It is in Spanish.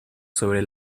sobre